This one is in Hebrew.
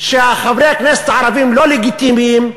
שחברי הכנסת הערבים לא לגיטימיים,